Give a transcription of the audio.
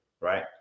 Right